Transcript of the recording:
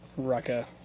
Rucka